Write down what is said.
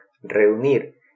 reunir